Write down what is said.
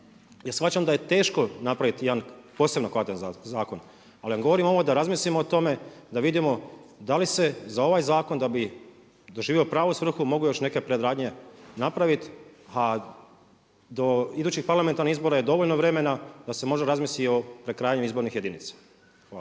jer shvaćam da je teško napraviti jedan posebno kvalitetan zakon ali vam govorim ovo da razmislimo o tome, da vidimo da li se za ovaj zakon da bi doživio pravu svrhu mogle još neke predradnje napraviti. A do idućih parlamentarnih izbora je dovoljno vremena da se može razmisliti i o prekrajanju izbornih jedinica. Hvala.